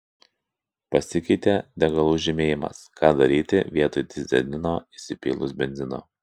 pasikeitė degalų žymėjimas ką daryti vietoj dyzelino įsipylus benzino